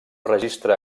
registre